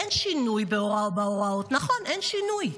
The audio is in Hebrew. אין שינוי בהוראות, נכון, אין שינוי,